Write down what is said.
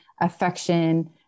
affection